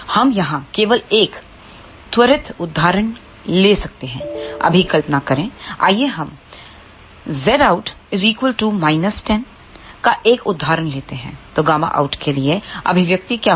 हम यहां केवल एक त्वरित उदाहरण ले सकते हैं अभी कल्पना करें आइए हम Zout 10 का एक उदाहरण लेते हैं तो Γout के लिए अभिव्यक्ति क्या है